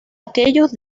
aquellos